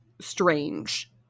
strange